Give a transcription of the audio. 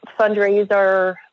fundraiser